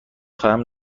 خواهم